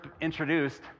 introduced